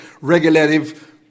regulative